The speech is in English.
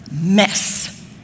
mess